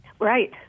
Right